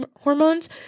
hormones